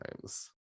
times